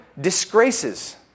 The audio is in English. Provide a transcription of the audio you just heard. disgraces